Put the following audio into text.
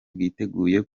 bwiteguye